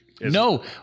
No